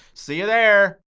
see you there.